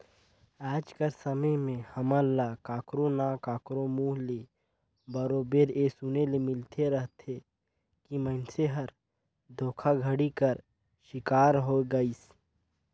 आएज कर समे में हमन ल काकरो ना काकरो मुंह ले बरोबेर ए सुने ले मिलते रहथे कि मइनसे हर धोखाघड़ी कर सिकार होए गइस